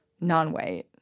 non-white